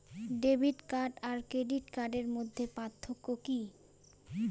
Debit card আর credit কার্ডের মধ্যে পার্থক্য কি?